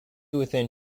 within